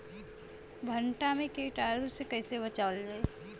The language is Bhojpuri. भनटा मे कीटाणु से कईसे बचावल जाई?